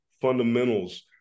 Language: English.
fundamentals